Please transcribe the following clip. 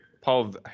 Paul